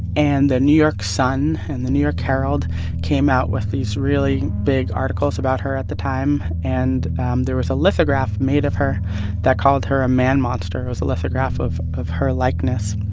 and the new york sun and the new york herald came out with these really big articles about her at the time. and um there was a lithograph made of her that called her a man monster. it was a lithograph of of her likeness.